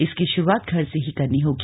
इसकी शुरुआत घर से ही करनी होगी